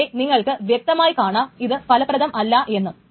ഇവിടെ നിങ്ങൾക്ക് വ്യക്തമായി കാണാം ഇത് ഫലപ്രദമല്ല എന്ന്